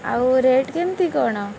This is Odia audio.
ଆଉ ରେଟ୍ କେମିତି କ'ଣ